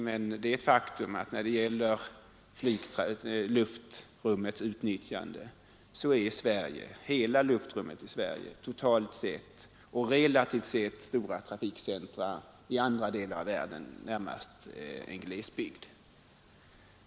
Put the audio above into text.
Men det är ett faktum att i fråga om luftrummets utnyttjande är Sverige — det gäller hela vårt luftrum totalt och relativt sett — jämfört med stora trafikcentra i andra delar av världen närmast en glesbygd!